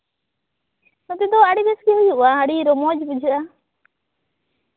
ᱱᱚᱛᱮ ᱫᱚ ᱟᱹᱰᱤ ᱵᱮᱥ ᱜᱮ ᱦᱩᱭᱩᱜᱼᱟ ᱟᱹᱰᱤ ᱨᱚᱢᱚᱡᱽ ᱵᱩᱡᱷᱟᱹᱜᱼᱟ